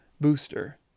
booster